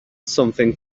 something